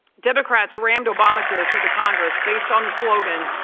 democrats rammed obamacare through the congress based on the slogan,